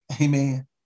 Amen